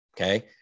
okay